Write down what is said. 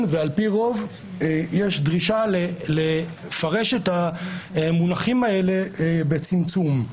ועל פי רוב יש דרישה לפרש את המונחים האלה בצמצום.